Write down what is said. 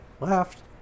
left